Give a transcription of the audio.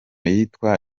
yitwa